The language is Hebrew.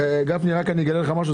גפני, אני אגלה לך משהו.